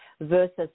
versus